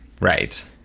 Right